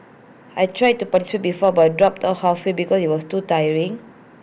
I tried to participate before but dropped out halfway because IT was too tiring